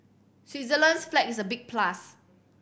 Switzerland's flag is a big plus